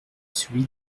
celui